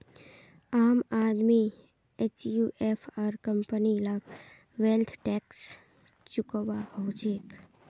आम आदमी एचयूएफ आर कंपनी लाक वैल्थ टैक्स चुकौव्वा हछेक